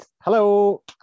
Hello